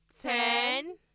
ten